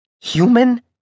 Human